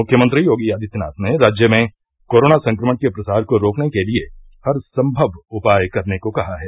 मुख्यमंत्री योगी आदित्यनाथ ने राज्य में कोरोना संक्रमण के प्रसार को रोकने के लिए हर संभव उपाय करने को कहा है